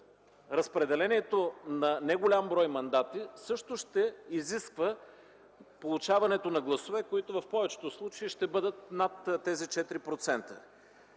разпределението на неголям брой мандати също ще изисква получаването на гласове, които в повечето случаи ще бъдат над тези 4%.